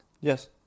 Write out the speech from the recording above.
Yes